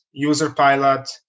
UserPilot